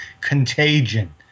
contagion